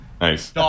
Nice